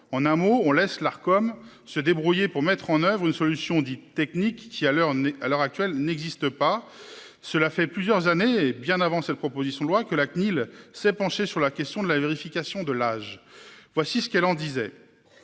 en un mot on laisse l'Arcom se débrouiller pour mettre en oeuvre une solution dite technique qui à l'heure n'est à l'heure actuelle n'existe pas. Cela fait plusieurs années hé bien avant cette proposition de loi que la CNIL s'est penché sur la question de la vérification de l'âge. Voici ce qu'elle disait.